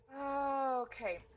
Okay